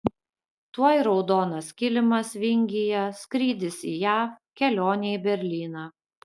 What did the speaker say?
tuoj raudonas kilimas vingyje skrydis į jav kelionė į berlyną